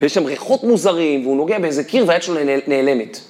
יש שם ריחות מוזרים והוא נוגע באיזה קיר והיד שלו נעלמת.